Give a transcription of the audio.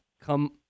come